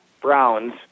Browns